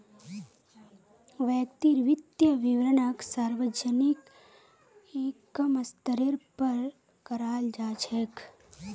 व्यक्तिर वित्तीय विवरणक सार्वजनिक क म स्तरेर पर कराल जा छेक